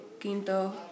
quinto